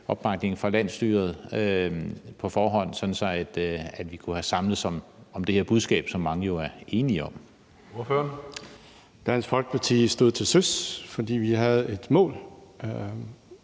opbakning fra landsstyret på forhånd, sådan at vi kunne have samledes om det her budskab, som mange jo er enige om.